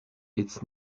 its